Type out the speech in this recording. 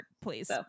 please